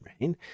right